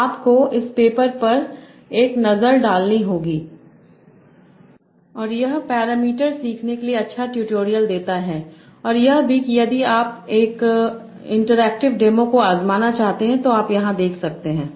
तो आपको इस पेपर पर एक नज़र डालनी पड़ सकती है और यह पैरामीटर सीखने के लिए अच्छा ट्यूटोरियल देता है और यह भी कि यदि आप एक इंटरैक्टिव डेमो को आज़माना चाहते हैं तो आप यहाँ देख सकते हैं